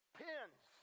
pins